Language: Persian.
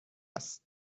است